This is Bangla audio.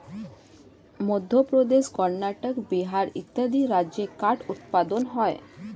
মধ্যপ্রদেশ, কর্ণাটক, বিহার ইত্যাদি রাজ্যে কাঠ উৎপাদন হয়